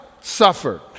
suffered